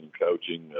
coaching